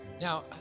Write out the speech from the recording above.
Now